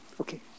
Okay